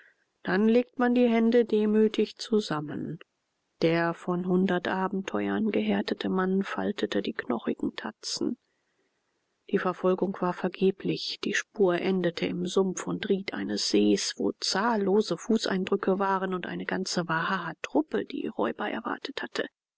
dann legt man die hände demütig zusammen der von hundert abenteuern gehärtete mann faltete die knochigen tatzen die verfolgung war vergeblich die spur endete im sumpf und ried eines sees wo zahllose fußeindrücke waren und eine ganze wahatruppe die räuber erwartet hatte